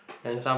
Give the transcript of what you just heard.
it just